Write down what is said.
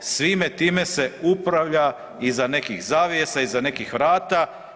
Svime time se upravlja iza nekih zavjesa, iza nekih vrata.